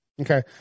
Okay